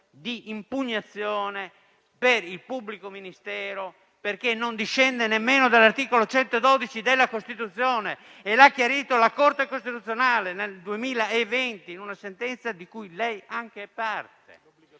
di impugnazione per il pubblico ministero, perché non discende nemmeno dall'articolo 112 della Costituzione, e l'ha chiarito la Corte costituzionale nel 2020, in una sentenza di cui anche lei